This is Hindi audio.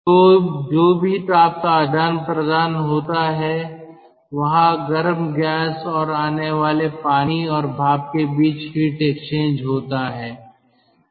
तो जो भी ताप का आदान प्रदान होता है वहां गर्म गैस और आने वाले पानी और भाप के बीच हीट एक्सचेंज होता है